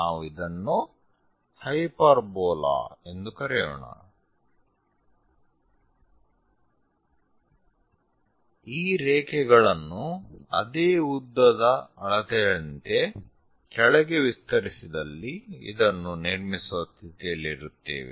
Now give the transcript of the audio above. ನಾವು ಇದನ್ನು ಹೈಪರ್ಬೋಲಾ ಎಂದು ಕರೆಯೋಣ ಈ ರೇಖೆಗಳನ್ನು ಅದೇ ಉದ್ದದ ಅಳತೆಯಂತೆ ಕೆಳಗೆ ವಿಸ್ತರಿಸಿದಲ್ಲಿ ಇದನ್ನು ನಿರ್ಮಿಸುವ ಸ್ಥಿತಿಯಲ್ಲಿರುತ್ತವೆ